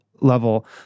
level